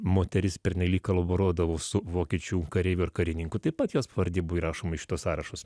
moteris pernelyg kolaboruodavo su vokiečių kareiviu ar karininku taip pat jos pavardė buvo įrašoma į šituos sąrašus